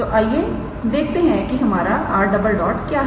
तो आइए देखते हैं कि हमारा 𝑟̈ क्या है